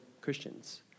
Christians